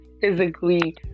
physically